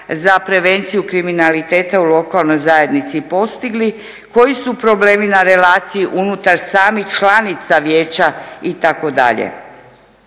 za prevenciju kriminaliteta u lokalnoj zajednici postigli, koji su problemi na relaciji unutar samih članica vijeća itd.